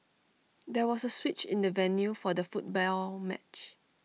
there was A switch in the venue for the football match